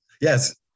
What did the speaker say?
yes